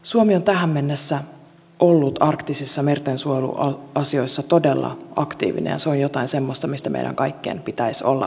suomi on tähän mennessä ollut arktisissa merten suojeluasioissa todella aktiivinen ja se on jotain semmoista mistä meidän kaikkien pitäisi olla ylpeitä